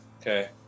okay